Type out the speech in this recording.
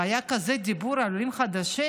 והיה כזה דיבור על עולים חדשים,